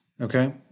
okay